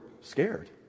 scared